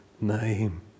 name